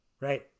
Right